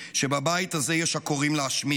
שבבית הזה יש הקוראים להשמיד.